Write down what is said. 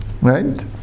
right